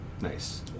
Nice